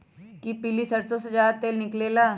कि पीली सरसों से ज्यादा तेल निकले ला?